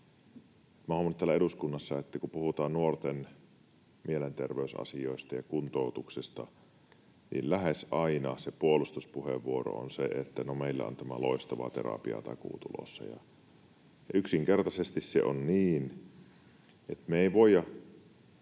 olen huomannut täällä eduskunnassa, että kun puhutaan nuorten mielenterveysasioista ja kuntoutuksesta, niin lähes aina se puolustuspuheenvuoro on se, että no, meillä on tämä loistava terapiatakuu tulossa. Yksinkertaisesti on niin, että me ei voida